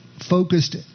focused